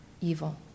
evil